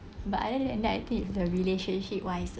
but other than that I think if the relationship wise uh